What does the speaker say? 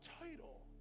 title